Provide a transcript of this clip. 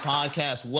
Podcast